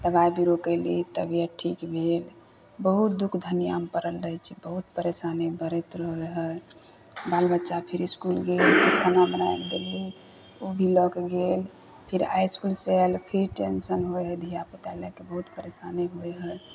दवाइ बीरो कएली तबिअत ठीक भेल बहुत दुख धनिआमे पड़ल रहै छी बहुत परेशानी पड़ैत रहै हइ बाल बच्चा फेर इसकुल गेल खाना बनाकऽ देली ओहि लऽ कऽ गेल फेर इसकुलसँ आएल फिर टेन्शन होइ हइ धिआपुता लऽ कऽ बहुत परेशानी होइ हइ